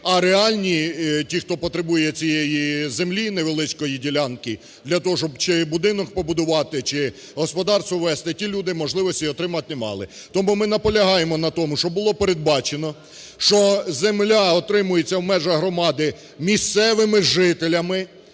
а реальні ті, хто потребує цієї землі, невеличкої ділянки для того, щоб чи будинок побудувати, чи господарство вести, ті люди можливості отримати не мали. Тому ми наполягаємо на тому, щоб було передбачено, що земля отримується в межах громади місцевими жителями,